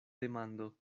demando